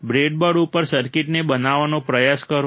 breadboard ઉપર સર્કિટને બનાવવાનો પ્રયાસ કરો